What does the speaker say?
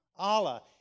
Allah